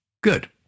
Good